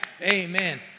amen